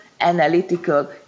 analytical